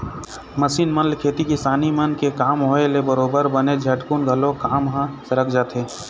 machine मन ले खेती किसानी मन के काम होय ले बरोबर बनेच झटकुन घलोक काम ह सरक जाथे